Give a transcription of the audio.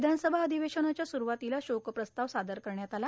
विधानसभा अधिवेशनाच्या सुरूवातीला शोकप्रस्ताव सादर करण्यात आला